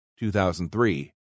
2003